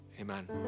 amen